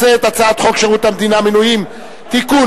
הצעת חוק שירות המדינה (מינויים) (תיקון,